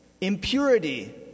impurity